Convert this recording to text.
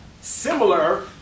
similar